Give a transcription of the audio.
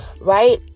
right